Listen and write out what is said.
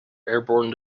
airborne